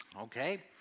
okay